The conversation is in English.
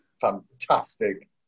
fantastic